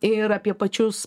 ir apie pačius